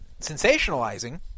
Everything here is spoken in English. sensationalizing